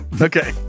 Okay